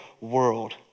world